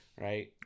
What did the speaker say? Right